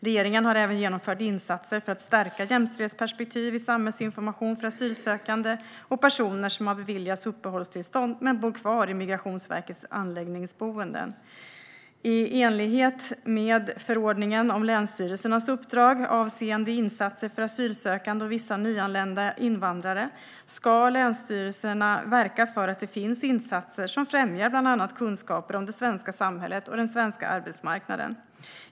Regeringen har även genomfört insatser för att stärka jämställdhetsperspektivet i samhällsinformation för asylsökande och personer som har beviljats uppehållstillstånd men bor kvar i Migrationsverkets anläggningsboenden. I enlighet med förordningen om länsstyrelsernas uppdrag avseende insatser för asylsökande och vissa nyanlända invandrare ska länsstyrelserna verka för att det finns insatser som främjar bland annat kunskaper om det svenska samhället och den svenska arbetsmarknaden.